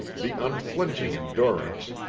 the unflinching endurance,